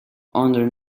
under